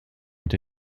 ont